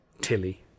Tilly